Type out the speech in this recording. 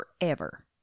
forever